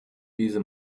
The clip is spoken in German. diese